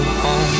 home